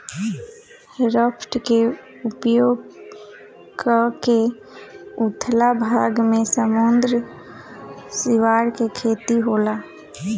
raft के प्रयोग क के उथला भाग में समुंद्री सिवार के खेती होला